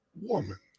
woman